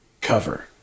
cover